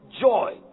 Joy